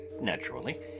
naturally